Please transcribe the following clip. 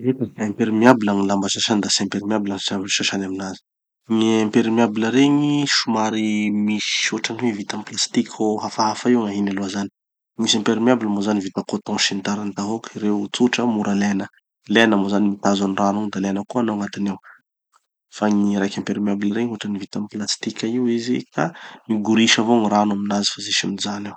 Eka, imperméable gny lamba sasany da tsy imperméable gny sa- gny sasany aminazy. Gny imperméable regny somary misy, hotrany hoe vita amy plastiky, ho hafahafa io aloha gn'ahiny zany. Gny tsy imperméable moa zany vita coton sy ny tariny tahôky, reo tsotra, mora lena. Lena moa zany mitazo any rano igny da lena koa hanao agnatiny ao. Fa gny raiky imperméable igny hotrany vita amy plastika io izy ka migorisa avao gny rano aminazy fa tsy misy mijano eo.